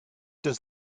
does